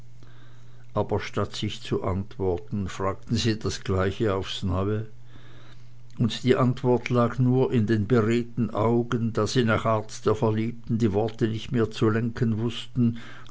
aber statt sich zu antworten fragten sie das gleiche aufs neue und die antwort lag nur in den beredten augen da sie nach art der verliebten die worte nicht mehr zu lenken wußten